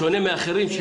בשונה מאחרים,